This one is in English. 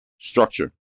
Structure